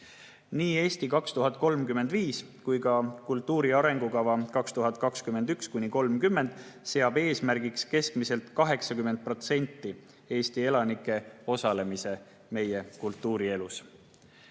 "Eesti 2035" kui ka "Kultuuri arengukava 2021–2030" seab eesmärgiks, et keskmiselt 80% Eesti elanikest osaleks meie kultuurielus.